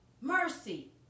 mercy